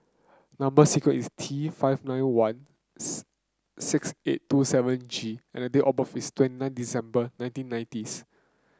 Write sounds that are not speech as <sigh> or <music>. number sequence is T five nine one <unintelligible> six eight two seven G and the date of birth is twenty nine December nineteen nineties